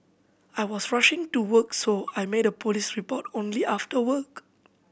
I was rushing to work so I made a police report only after work